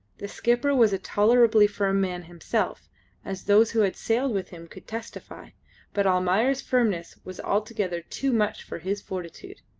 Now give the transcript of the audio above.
the skipper was a tolerably firm man himself as those who had sailed with him could testify but almayer's firmness was altogether too much for his fortitude.